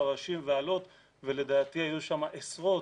פרשים ואלות ולדעתי היו שם עשרות,